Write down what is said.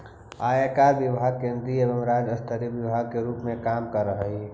आयकर विभाग केंद्रीय एवं राज्य स्तरीय विभाग के रूप में काम करऽ हई